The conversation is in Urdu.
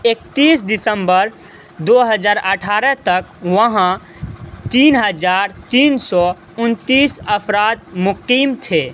اکتیس دسمبر دو ہزار اٹھارہ تک وہاں تین ہزار تین سو انتیس افراد مقیم تھے